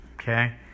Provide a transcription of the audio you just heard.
Okay